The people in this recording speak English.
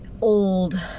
old